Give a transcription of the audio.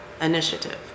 initiative